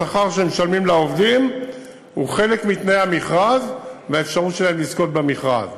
השכר שמשלמים לעובדים הוא חלק מתנאי המכרז והאפשרות שלהם לזכות במכרז.